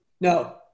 no